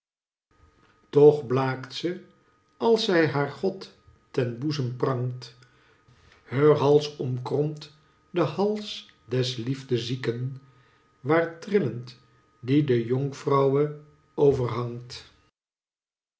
toch blaakt ze als zij haar god ten boezem prangt heur hals omkromt de hals des liefdezieken waar trillend die dejonkvrouwe overhangt